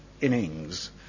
innings